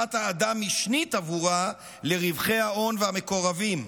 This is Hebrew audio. שרווחת האדם משנית עבורה לרווחי הון והמקורבים.